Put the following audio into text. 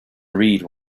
read